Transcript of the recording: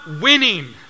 winning